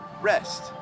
Rest